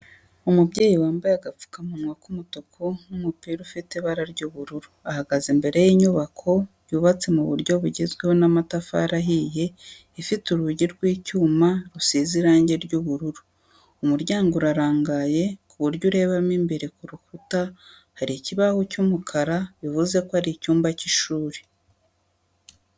Umubyeyi wambaye agapfukamunwa k'umutuku n'umupira ufite ibara ry'ubururu, ahagaze imbere y'inyubako yubatse mu buryo bugezweho n'amatafari ahiye ifite urugi rw'icyuma rusize irangi ry'ubururu, umuryango urarangaye ku buryo urebamo imbere, ku rukuta hari ikibaho cy'umukara bivuze ko ari mu cyumba cy'ishuri.